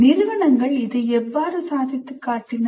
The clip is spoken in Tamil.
நிறுவனங்கள் இதை எவ்வாறு சாதித்துக் காட்டின